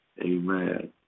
Amen